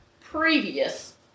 previous